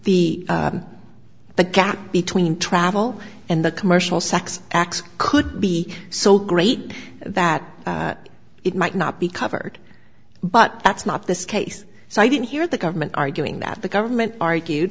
the the gap between travel and the commercial sex acts could be so great that it might not be covered but that's not this case so i didn't hear the government arguing that the government argue